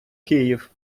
київ